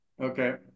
Okay